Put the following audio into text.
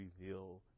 reveal